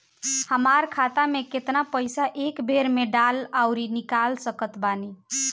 हमार खाता मे केतना पईसा एक बेर मे डाल आऊर निकाल सकत बानी?